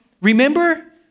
remember